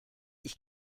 ich